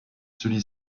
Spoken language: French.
celui